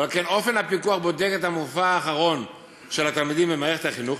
ועל כן אופן הפיקוח בודק את המופע האחרון של התלמידים במערכת החינוך.